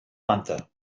manta